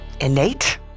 innate